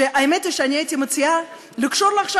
שהאמת היא שאני הייתי מציעה לקשור לו עכשיו